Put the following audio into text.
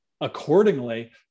accordingly